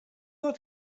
got